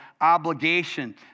obligation